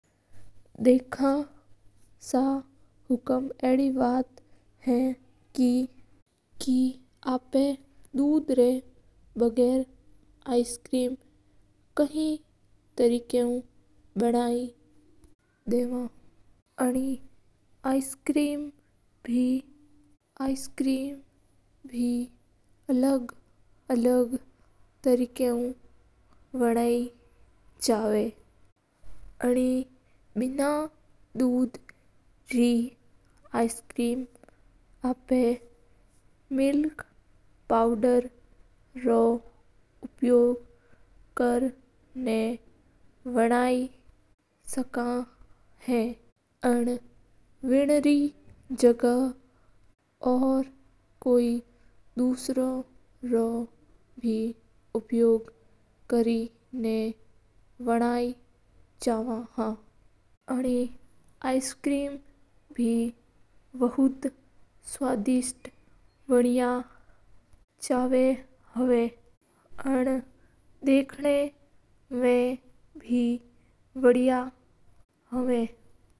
देखो सा हुकूम आपा दूध रा बिना बे आईस्क्रीम बना सका हा। दूध रा बिन बे गणी तरिका हवा हा। बिन दूध के जगा ओकर मिल्क पाउडर रो प्रयोग कर सका हा। और ऐस क्राइम बे गणी मस्त बना हा और खैना मा बे चाय होवा हा।